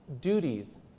duties